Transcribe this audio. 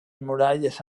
muralles